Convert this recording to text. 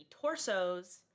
torsos